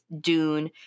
Dune